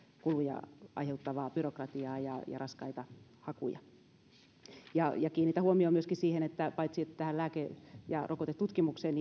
kuluja aiheuttavaa byrokratiaa ja raskaita hakuja kiinnitän huomiota myöskin siihen että jatkossa on varattava rahoitusta paitsi tähän lääke ja rokotetutkimukseen